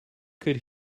could